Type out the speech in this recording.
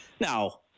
Now